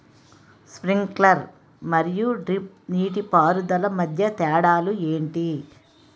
Sprinkler మరియు drip నీటిపారుదల మధ్య తేడాలు ఏంటి?